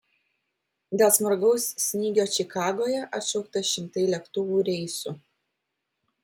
dėl smarkaus snygio čikagoje atšaukta šimtai lėktuvų reisų